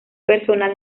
personal